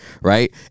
right